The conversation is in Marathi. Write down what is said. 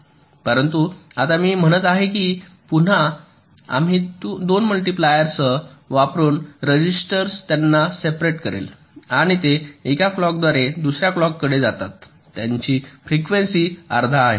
परंतु आता मी म्हणत आहे की आम्ही पुन्हा २ मल्टिप्ल्यारस वापरून रजिस्टर्स त्यांना सेप्रेट करेल आणि ते एका क्लॉकद्वारे दुसऱ्या क्लॉक कडे जातात ज्याची फ्रिक्वेन्सी अर्धा आहे